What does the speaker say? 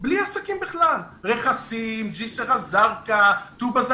בלי עסקים בכלל כמו רכסים,